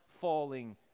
falling